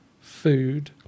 food